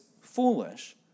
foolish